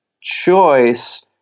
choice